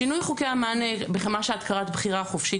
שינוי חוקי המענה במה שאת קראת בחירה חופשית,